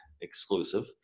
exclusive